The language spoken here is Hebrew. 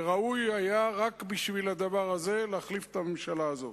וראוי היה רק בגלל הדבר הזה להחליף את הממשלה הזאת.